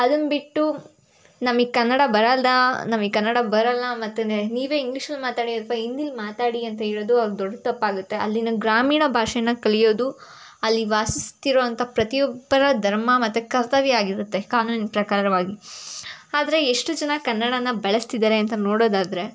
ಅದನ್ನ ಬಿಟ್ಟು ನಮಗೆ ಕನ್ನಡ ಬರಲ್ಲ ನಮಗೆ ಕನ್ನಡ ಬರೋಲ್ಲ ಮತ್ತು ನೀವೇ ಇಂಗ್ಲೀಷಲ್ಲಿ ಮಾತಾಡಿ ಅಥವಾ ಹಿಂದೀಲ್ ಮಾತಾಡಿ ಅಂತ ಹೇಳದು ಅವ್ರ ದೊಡ್ಡ ತಪ್ಪಾಗುತ್ತೆ ಅಲ್ಲಿನ ಗ್ರಾಮೀಣ ಭಾಷೇನ ಕಲಿಯೋದು ಅಲ್ಲಿ ವಾಸಿಸುತ್ತಿರುವಂಥ ಪ್ರತಿಯೊಬ್ಬರ ಧರ್ಮ ಮತ್ತು ಕರ್ತವ್ಯ ಆಗಿರುತ್ತೆ ಕಾನೂನಿನ ಪ್ರಕಾರವಾಗಿ ಆದರೆ ಎಷ್ಟು ಜನ ಕನ್ನಡಾನ ಬಳಸ್ತಿದ್ದಾರೆ ಅಂತ ನೋಡೋದಾದರೆ